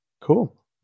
Cool